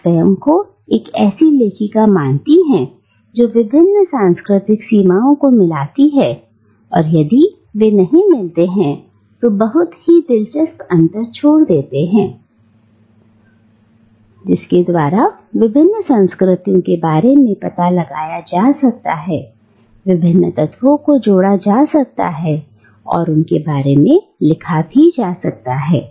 वह स्वयं को एक ऐसी लेखिका मानती हैं जो विभिन्न सांस्कृतिक सीमाओं को मिलाती हैं और यदि वे नहीं मिलते हैं तो वे बहुत ही दिलचस्प अंतर छोड़ देते हैं जिसके द्वारा विभिन्न संस्कृतियों के बारे में पता लगाया जा सकता है विभिन्न तत्वों को जोड़ा जा सकता है और उनके बारे में लिखा जा सकता है